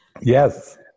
Yes